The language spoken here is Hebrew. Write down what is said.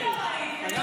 אמיתי, לא ראיתי.